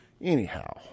Anyhow